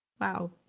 Wow